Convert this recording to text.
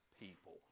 people